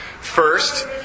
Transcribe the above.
First